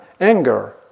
Anger